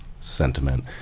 sentiment